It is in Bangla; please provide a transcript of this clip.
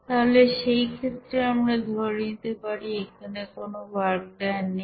তাহলে সেই ক্ষেত্রে আমরা ধরে নিতে পারি এখানে কোন ওয়ার্ক ডান নেই